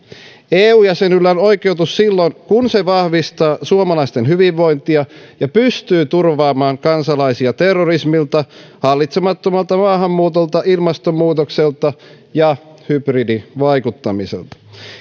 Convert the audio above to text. eu jäsenyydellä on oikeutus silloin kun se vahvistaa suomalaisten hyvinvointia ja pystyy turvaamaan kansalaisia terrorismilta hallitsemattomalta maahanmuutolta ilmastonmuutokselta ja hybridivaikuttamiselta